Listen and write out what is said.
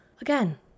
Again